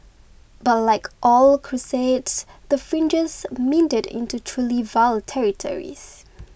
but like all crusades the fringes meandered into truly vile territories